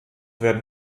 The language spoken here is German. werden